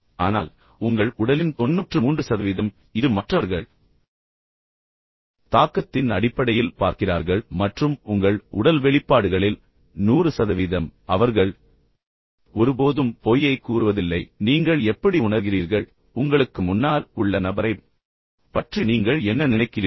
ஆனால் உங்கள் உடலின் 93 சதவீதம் இது மற்றவர்கள் உண்மையில் தாக்கத்தின் அடிப்படையில் பார்க்கிறார்கள் மற்றும் உங்கள் உடல் வெளிப்பாடுகளில் 100 சதவீதம் அவர்கள் ஒருபோதும் பொய்யைக் கூறுவதில்லை நீங்கள் என்ன நினைக்கிறீர்கள் நீங்கள் எப்படி உணர்கிறீர்கள் உங்களுக்கு முன்னால் உள்ள நபரைப் பற்றி நீங்கள் என்ன நினைக்கிறீர்கள்